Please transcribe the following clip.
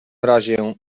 razie